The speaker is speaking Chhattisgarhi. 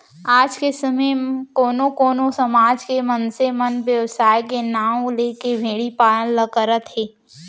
आज के समे म कोनो कोनो समाज के मनसे मन बेवसाय के नांव लेके भेड़ी पालन ल करत हें